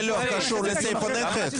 זה לא קשור לסעיף הנכד.